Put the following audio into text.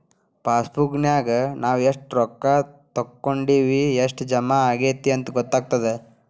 ಪಾಸಬುಕ್ನ್ಯಾಗ ನಾವ ಎಷ್ಟ ರೊಕ್ಕಾ ತೊಕ್ಕೊಂಡಿವಿ ಎಷ್ಟ್ ಜಮಾ ಆಗೈತಿ ಅಂತ ಗೊತ್ತಾಗತ್ತ